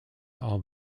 all